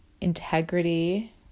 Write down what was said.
integrity